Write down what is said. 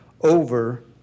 over